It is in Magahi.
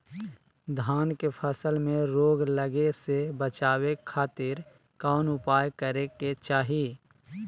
धान के फसल में रोग लगे से बचावे खातिर कौन उपाय करे के चाही?